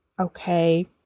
okay